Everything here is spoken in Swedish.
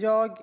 Jag